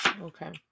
okay